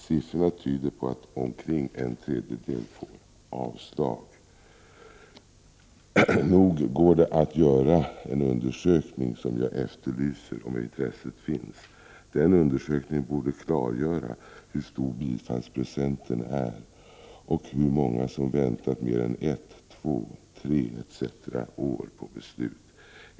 Siffrorna tyder på att omkring en tredjedel får 29 november 1988 avslag på sina asylansökningar. Rd Sr ERE Nog går det att göra en sådan undersökning som jag efterlyser, om intresset finns. Den undersökningen borde klargöra hur stor bifallsprocenten är och hur många som har väntat mer än ett, två, tre eller flera år på beslut.